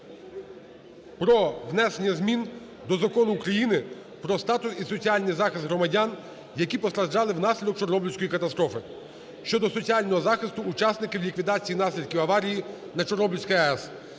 про внесення змін до Закону України "Про статус і соціальний захист громадян, які постраждали внаслідок Чорнобильської катастрофи" (щодо соціального захисту учасників ліквідації наслідків аварії на Чорнобильській АЕС).